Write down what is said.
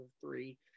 three